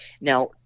Now